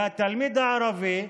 והתלמיד הערבי,